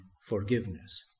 forgiveness